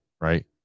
right